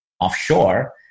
offshore